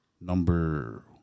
number